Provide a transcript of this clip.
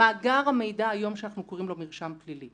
מאגר המידע שאנחנו קוראים לו "מרשם פלילי"